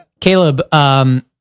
Caleb